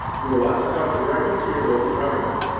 you will want to talk directly to your local government.